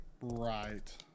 Right